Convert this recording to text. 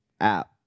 app